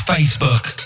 Facebook